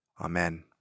Amen